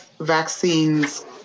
vaccines